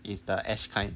is the S kind